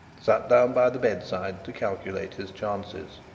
sat down by the bedside to calculate his chances.